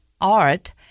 art